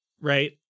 right